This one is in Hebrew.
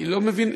אני לא מבין.